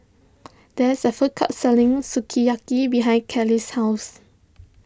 there is a food court selling Sukiyaki behind Kayley's house